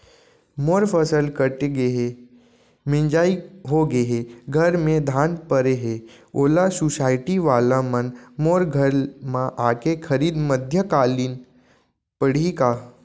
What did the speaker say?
मोर फसल कट गे हे, मिंजाई हो गे हे, घर में धान परे हे, ओला सुसायटी वाला मन मोर घर म आके खरीद मध्यकालीन पड़ही का?